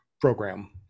program